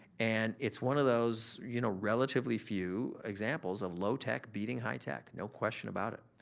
and it's one of those you know relatively few examples of low tech beating high tech. no question about it.